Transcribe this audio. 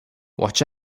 watch